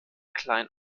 klein